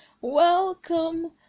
welcome